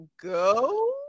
go